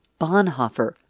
Bonhoeffer